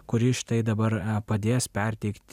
kuris štai dabar padės perteikti